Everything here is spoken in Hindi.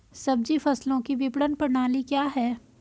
सब्जी फसलों की विपणन प्रणाली क्या है?